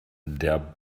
der